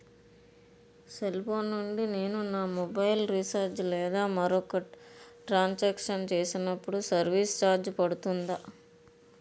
Cell phone నుండి నేను నా మొబైల్ రీఛార్జ్ లేదా మరొక ట్రాన్ సాంక్షన్ చేసినప్పుడు సర్విస్ ఛార్జ్ పడుతుందా?